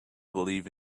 believe